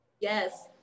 yes